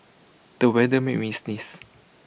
the weather made me sneeze